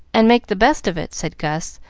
and make the best of it, said gus,